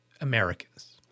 Americans